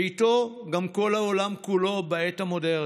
ואיתנו גם כל העולם כולו בעת המודרנית.